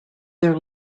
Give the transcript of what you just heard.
their